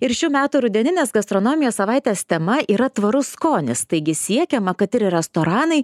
ir šių metų rudeninės gastronomijos savaitės tema yra tvarus skonis taigi siekiama kad ir restoranai